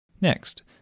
Next